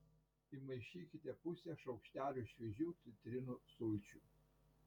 įmaišykite pusę šaukštelio šviežių citrinų sulčių